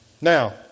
Now